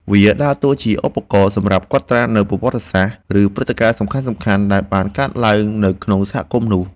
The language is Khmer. វាដើរតួជាឧបករណ៍សម្រាប់កត់ត្រានូវប្រវត្តិសាស្ត្រ ឬព្រឹត្តិការណ៍សំខាន់ៗដែលបានកើតឡើងនៅក្នុងសហគមន៍នោះ។